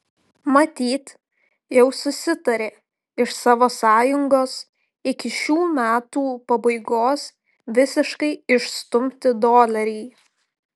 matyt jau susitarė iš savo sąjungos iki šių metų pabaigos visiškai išstumti dolerį